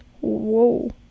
Whoa